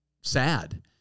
sad